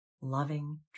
loving